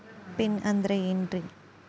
Pin ಅಂದ್ರೆ ಏನ್ರಿ?